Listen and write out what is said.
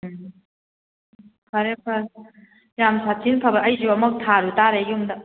ꯎꯝ ꯐꯔꯦ ꯐꯔꯦ ꯌꯥꯝ ꯁꯥꯊꯤꯅ ꯐꯥꯕ ꯑꯩꯁꯨ ꯑꯃꯨꯛ ꯊꯥꯔꯨ ꯇꯥꯔꯦ ꯌꯨꯝꯗ